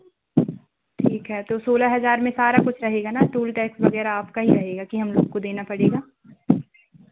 ठीक है तो सोलह हज़ार में सारा कुछ रहेगा ना टोल टैक्स वगैरह आपका ही रहेगा कि हम लोग को देना पड़ेगा